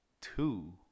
two